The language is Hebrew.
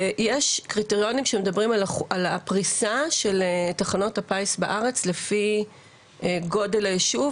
יש קריטריונים שמדברים על הפריסה של תחנות הפיס בארץ לפי גודל היישוב.